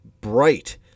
bright